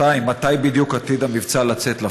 מתי בדיוק עתיד המבצע לצאת לפועל?